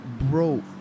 bro